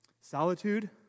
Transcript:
Solitude